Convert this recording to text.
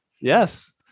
Yes